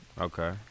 Okay